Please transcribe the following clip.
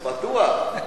בטוח?